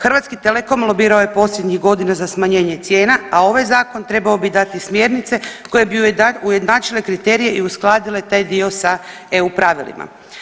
Hrvatski Telekom lobirao je posljednjih godina za smanjenje cijena, a ovaj zakon trebao bi dati smjernice koje bi ujednačile kriterije i uskladile taj dio sa EU pravilima.